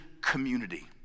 community